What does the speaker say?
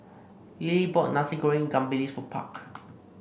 Lillie bought Nasi Goreng Ikan Bilis for Park